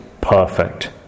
perfect